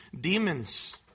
demons